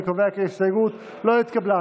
אני קובע כי ההסתייגות לא התקבלה.